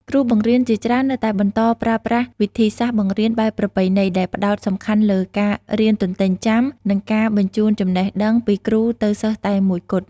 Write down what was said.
គ្រូបង្រៀនជាច្រើននៅតែបន្តប្រើប្រាស់វិធីសាស្ត្របង្រៀនបែបប្រពៃណី ដែលផ្តោតសំខាន់លើការ រៀនទន្ទេញចាំ និងការបញ្ជូនចំណេះដឹងពីគ្រូទៅសិស្សតែមួយគត់។